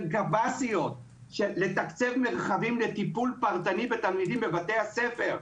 של קב"סיות לתקצב מרחבים לטיפול פרטני בתלמידים בבתי הספר.